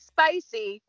Spicy